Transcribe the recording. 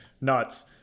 nuts